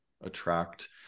attract